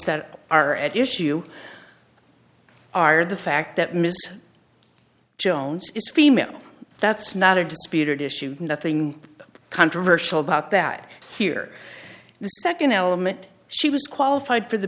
that are at issue are the fact that mrs jones is female that's not a disputed issue nothing controversial about that here the second element she was qualified for the